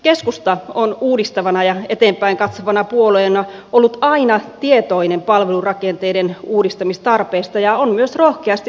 keskusta on uudistavana ja eteenpäin katsovana puolueena ollut aina tietoinen palvelurakenteiden uudistamistarpeesta ja on myös rohkeasti uudistanut niitä